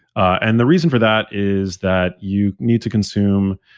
and the reason for that is that you need to consume,